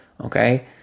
okay